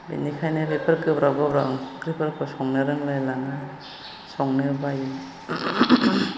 बेनिखायनो बेफोर गोब्राब गोब्राब ओंख्रिफोरखौ संनो रोंलायलाङा संनो बायो